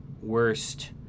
worst